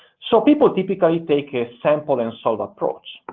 so people typically take a sample and solve approach.